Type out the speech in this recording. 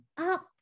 up